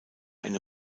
eine